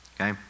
okay